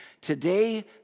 Today